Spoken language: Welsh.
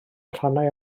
rhannau